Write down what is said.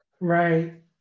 right